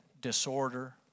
disorder